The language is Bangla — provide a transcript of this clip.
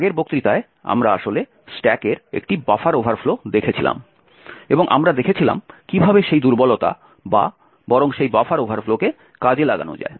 আগের বক্তৃতায় আমরা আসলে স্ট্যাকের একটি বাফার ওভারফ্লো দেখেছিলাম এবং আমরা দেখেছিলাম কীভাবে সেই দুর্বলতা বা বরং সেই বাফার ওভারফ্লোকে কাজে লাগানো যায়